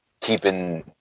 keeping